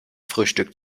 frühstück